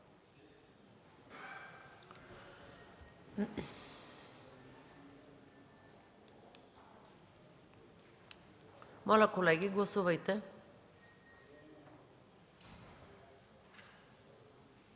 Моля, колеги, гласувайте.